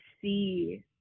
see